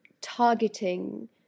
targeting